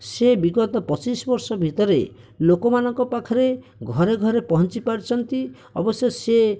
ସେ ବିଗତ ପଚିଶ ବର୍ଷ ଭିତରେ ଲୋକମାନଙ୍କ ପାଖେରେ ଘରେ ଘରେ ପହଞ୍ଚି ପାରିଛନ୍ତି ଅବଶ୍ୟ ସେ